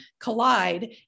collide